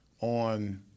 on—